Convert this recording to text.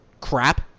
crap